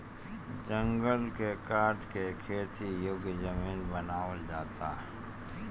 जंगल के काट के खेती योग्य जमीन बनावल जाता